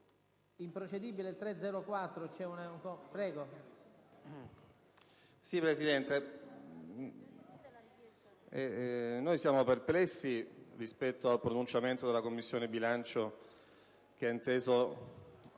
Presidente, siamo perplessi rispetto alla pronuncia della Commissione bilancio che ha inteso